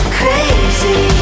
crazy